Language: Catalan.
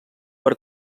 per